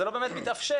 זה לא באמת מתאפשר.